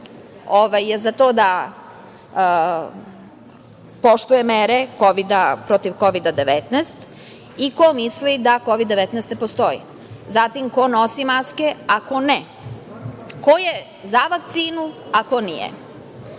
je za to da poštuje mere protiv Kovida-19 i ko misli da Kovid-19 ne postoji, zatim ko nosi maske, a ko ne, ko je za vakcinu, a ko